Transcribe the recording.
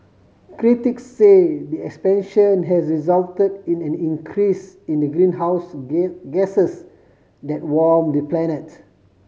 critic say the expansion has result in an increase in the greenhouse gases that warm the planet